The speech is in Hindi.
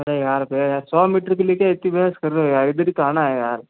अरे यार भैया यार सौ मीटर के लिए इतनी बहस कर रहे हो यार इधर ही तो आना है यार